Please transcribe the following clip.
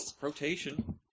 Rotation